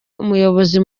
umuyobozi